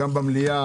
גם במליאה.